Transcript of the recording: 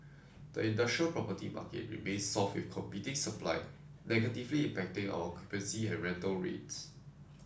the industrial property market remains soft with competing supply negatively impacting our occupancy and rental rates